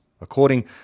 according